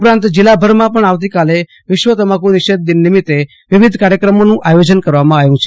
ઉપરાંત જિલ્લામાં પણ આવતી કાલે વિશ્વ તમાકુ નિષેધ દિન નિમિતે વિવિધ કાર્યક્રમોનું આયોજન કરાયુ છે